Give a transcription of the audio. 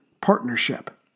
partnership